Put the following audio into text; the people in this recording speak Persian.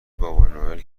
بابانوئل